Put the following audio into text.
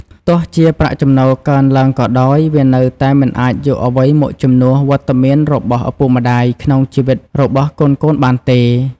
ទោះជាប្រាក់ចំណូលកើនឡើងក៏ដោយ វានៅតែមិនអាចយកអ្វីមកជំនួសវត្តមានរបស់ឪពុកម្ដាយក្នុងជីវិតរបស់កូនៗបានទេ។